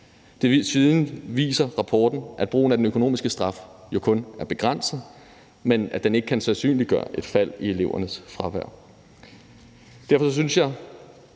viser rapporten, at brugen af den økonomiske straf jo kun er begrænset, men at den ikke kan sandsynliggøre et fald i elevernes fravær. Derfor synes jeg,